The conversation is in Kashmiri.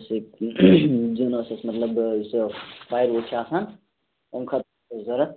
زیُن اوس مطلب یُس فَیَر وُڈ چھُ آسان ضوٚرَتھ